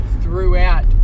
throughout